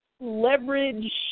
leverage